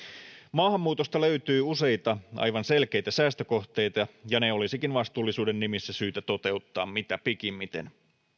maahanmuutosta löytyy useita aivan selkeitä säästökohteita ja ne olisikin vastuullisuuden nimissä syytä toteuttaa mitä pikimmiten